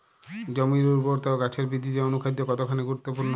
জমির উর্বরতা ও গাছের বৃদ্ধিতে অনুখাদ্য কতখানি গুরুত্বপূর্ণ?